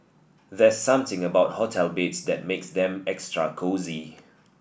there's something about hotel beds that makes them extra cosy